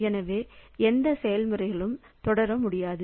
எனவே எந்த செயல்முறைகளும் தொடர முடியாது